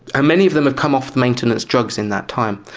ah many of them have come off the maintenance drugs in that time.